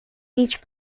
beach